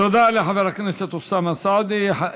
תודה לחבר הכנסת אוסאמה סעדי.